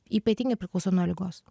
ypatingai priklauso nuo ligos